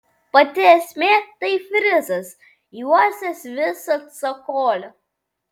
pati esmė tai frizas juosęs visą cokolį